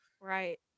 Right